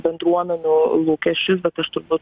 bendruomenių lūkesčius bet aš turbūt